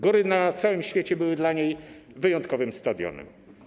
Góry na całym świecie były dla niej wyjątkowym stadionem.